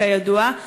כידוע,